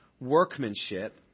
workmanship